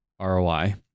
roi